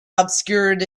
obscured